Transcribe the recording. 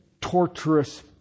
torturous